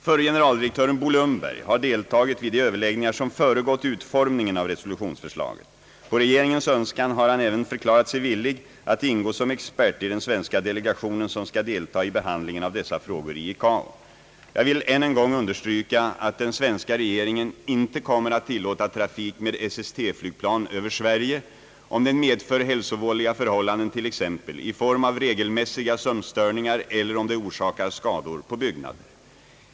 Förre generaldirektören Bo Lundberg har deltagit vid de överläggningar som föregått utformningen av resolutionsförslaget. På regeringens önskan har han även förklarat sig villig att ingå som expert i den svenska delegation som skall delta i behandlingen av dessa frågor i ICAO. Jag vill än en gång understryka att den svenska regeringen inte kommer att tillåta trafik med SST-flygplan över Sverige om den medför hälsovådliga förhållanden t.ex. i form av regelmässiga sömnstörningar eller om det orsakar skador på byggnader.